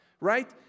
Right